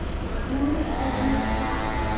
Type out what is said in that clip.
donald m. catlett,